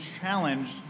challenged